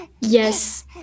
yes